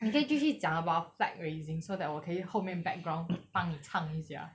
你可以继续讲 about flag raising so that 我可以后面 background 帮你唱一下